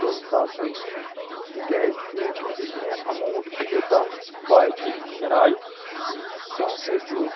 دۄن ساسَن تِکیٛازِ تہِ یُس مےٚ اَماوُنٛٹ یوٚتام واتہِ کِراے سُہ ہَسا چھُ